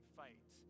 fight